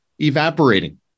evaporating